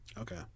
Okay